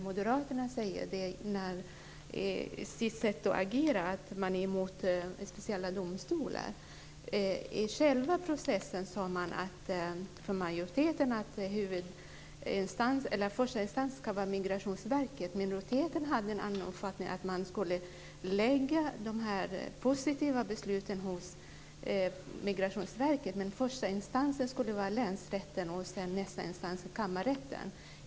Moderaternas sätt att agera förvånar mig, att de är emot specialdomstolar. När det gäller själva processen sade man från majoriteten att första instans ska vara Migrationsverket. Minoriteten hade en annan uppfattning, nämligen att man skulle lägga de positiva besluten hos Migrationsverket, men första instans skulle vara länsrätten, och andra instans kammarrätten.